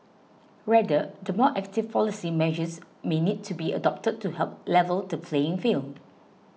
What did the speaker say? rather the more active policy measures may need to be adopted to help level the playing field